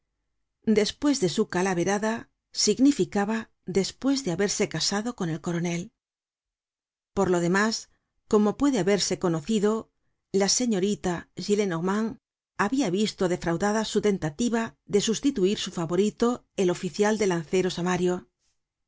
despues de su calaverada significaba despues de haberse casado con el coronel por lo demás como puede haberse conocido la señorita gillenormand habia visto defraudada su tentativa de sustituir su favorito el ofical de lanceros